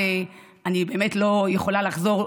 ואני באמת לא יכולה לחזור,